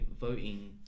voting